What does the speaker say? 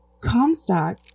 Comstock